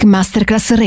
Masterclass